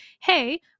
Hey